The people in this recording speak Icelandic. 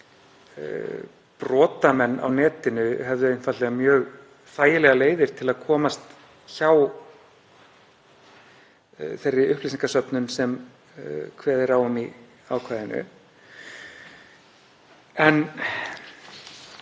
brotamenn á netinu hefðu einfaldlega mjög þægilegar leiðir til að komast hjá þeirri upplýsingasöfnun sem kveðið er á um í ákvæðinu. En